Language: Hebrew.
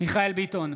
נגד מיכאל מרדכי ביטון,